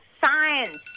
science